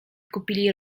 kupili